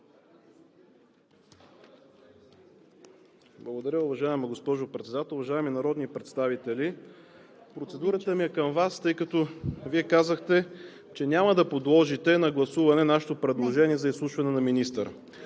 Благодаря. Уважаема госпожо Председател, уважаеми народни представители! Процедурата ми е към Вас, тъй като Вие казахте, че няма да подложите на гласуване нашето предложение за изслушване на министъра.